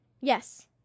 Yes